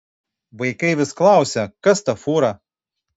vaikai vis klausia kas ta fūra